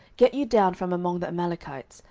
get you down from among the amalekites,